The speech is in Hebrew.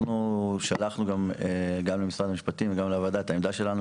אנחנו שלחנו גם למשרד המשפטים וגם לוועדה את העמדה שלנו,